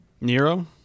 Nero